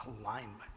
alignment